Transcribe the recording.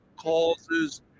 causes